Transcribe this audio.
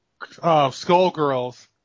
Skullgirls